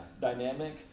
dynamic